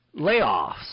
Layoffs